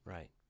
Right